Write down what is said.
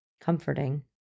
Comforting